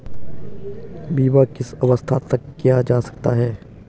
बीमा किस अवस्था तक किया जा सकता है?